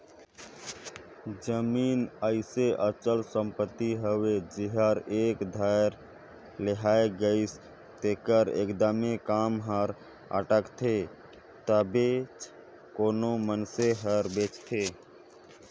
जमीन अइसे अचल संपत्ति हवे जेहर एक धाएर लेहाए गइस तेकर एकदमे काम हर अटकथे तबेच कोनो मइनसे हर बेंचथे